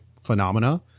phenomena